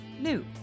new